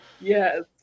yes